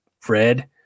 Fred